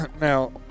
Now